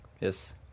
Yes